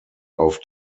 auf